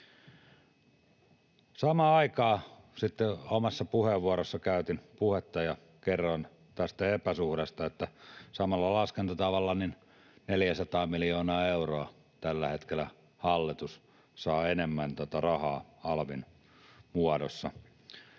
Samaan aikaan sitten omassa puheenvuorossani kerroin tästä epäsuhdasta, että samalla laskentatavalla 400 miljoonaa euroa tällä hetkellä hallitus saa enemmän tätä rahaa alvin muodossa.